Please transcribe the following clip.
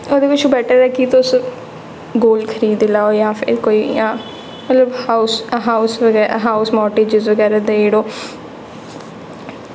ओह्दे पिच्छें बैटर ऐ कि तुस गोल्ड खरीदी लैओ जां फिर कोई इ'यां मतलब हाउस हाउस हाउस मार्टगेज बगैरा देई ओड़ो